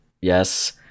yes